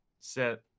Set